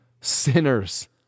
sinners